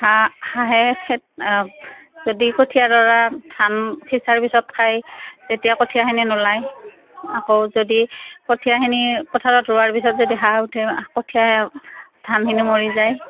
হাঁহ হাঁহে খেতি যদি কঠীয়াডৰা ধান সিঁচাৰ পিছত খায় তেতিয়া কঠীয়াখিনি নোলায় আকৌ যদি কঠীয়াখিনি পথাৰত ৰোৱাৰ পিছত যদি হাঁহ উঠে কঠীয়া ধানখিনি মৰি যায়